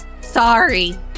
Sorry